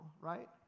right